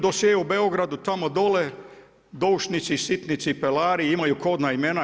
Dosjei u Beogradu, tamo dole, doušnici, sitni cipelari imaju kodna imena.